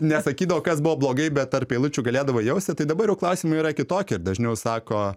nesakydavo kas buvo blogai bet tarp eilučių galėdavo jausti tai dabar jau klausimai yra kitokie ir dažniau sako